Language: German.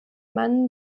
mann